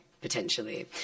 potentially